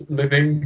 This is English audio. living